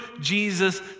Jesus